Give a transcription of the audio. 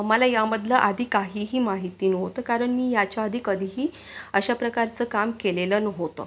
मला यामधलं आधी काहीही माहिती नव्हतं कारण मी ह्याच्या आधी कधीही अशा प्रकारचं काम केलेलं नव्हतं